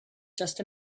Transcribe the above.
just